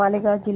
Malegaon जि